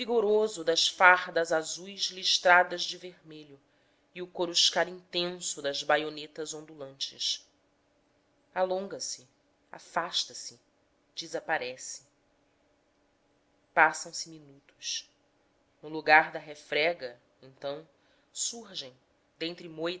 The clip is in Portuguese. o traço vigoroso das fardas azuis listradas de vermelho e o coruscar intenso das baionetas ondulantes alonga se afasta-se desaparece passam-se minutos no lugar da refrega então surgem dentre